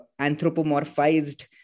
anthropomorphized